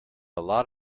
lot